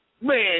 Man